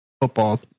football